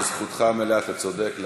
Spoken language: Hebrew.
אתה צודק.